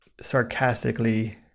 sarcastically